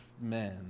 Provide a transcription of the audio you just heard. men